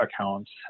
accounts